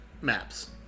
maps